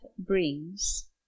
brings